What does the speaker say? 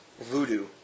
Voodoo